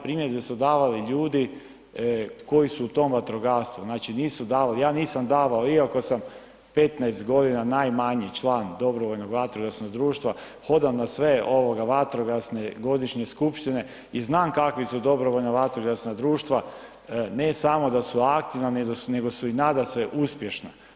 Primjedbe su davali ljudi koji su u tom vatrogastvu, znači nisu davali, ja nisam davao iako sam 15 godina najmanje član dobrovoljnog vatrogasnog društva, hodam na sve vatrogasne, godišnje skupštine i znam kakva su dobrovoljna vatrogasna društva, ne samo da su aktivna nego su i nadasve uspješna.